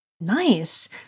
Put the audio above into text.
Nice